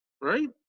Right